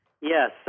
Yes